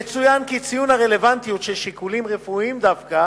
יצוין כי ציון הרלוונטיות של שיקולים רפואיים דווקא